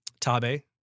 Tabe